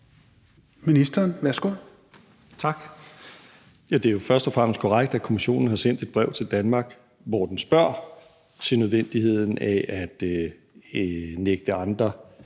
(Nick Hækkerup): Tak. Ja, det er jo først og fremmest korrekt, at Kommissionen har sendt et brev til Danmark, hvor den spørger til nødvendigheden af at nægte andre